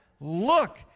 look